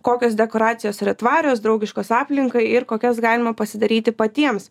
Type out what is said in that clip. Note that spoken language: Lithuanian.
kokios dekoracijos yra tvarios draugiškos aplinkai ir kokias galima pasidaryti patiems